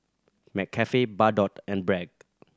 McCafe Bardot and Bragg